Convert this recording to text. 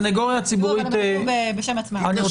הסנגוריה הציבורית נמצאת גם